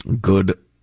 Good